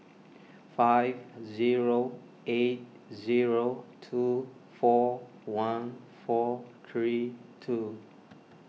five zero eight zero two four one four three two